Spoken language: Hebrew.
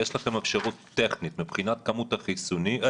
יש לכם אפשרות טכנית מבחינת כמות הבדיקות